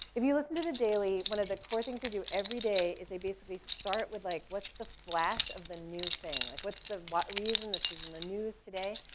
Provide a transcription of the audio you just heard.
if you listen to the daily, one of the core things they do every day is they basically start with, like what's the flash of the new thing? like what's the reason this is in the news today?